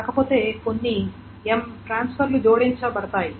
కాకపోతే కొన్ని m transfer లు జోడించబడ్డాయి